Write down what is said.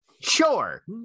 Sure